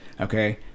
Okay